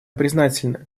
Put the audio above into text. признательны